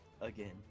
again